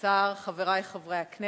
תודה רבה, השר, חברי חברי הכנסת,